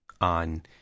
on